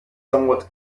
somewhat